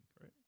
right